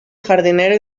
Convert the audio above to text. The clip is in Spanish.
jardinero